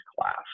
class